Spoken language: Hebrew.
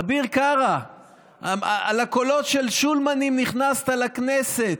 אביר קארה, על הקולות של השולמנים נכנסת לכנסת.